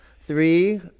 three